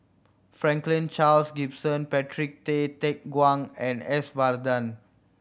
Franklin Charles Gimson Patrick Tay Teck Guan and S Varathan